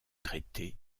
traités